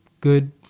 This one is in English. good